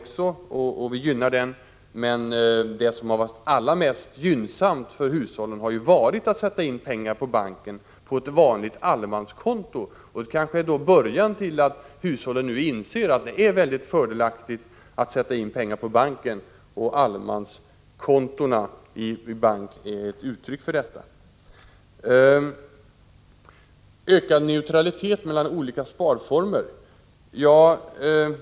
Men det allra mest gynnsamma för hushållen har ju varit att sätta in pengar på banken på ett vanligt allemanskonto. Hushållen har nu börjat inse att det är fördelaktigt att göra det, och utvecklingen beträffande allemanskontona är ett uttryck för detta. Lars Tobisson talade om ökad neutralitet mellan olika sparformer.